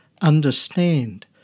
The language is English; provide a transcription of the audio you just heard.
understand